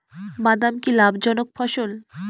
বাদাম কি লাভ জনক ফসল?